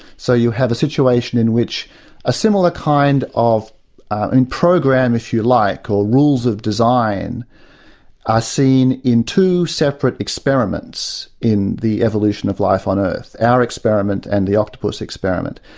so you have a situation in which a similar kind of and program if you like, or rules of design are seen in two separate experiments in the evolution of life on earth, our experiment and the octopus experiment.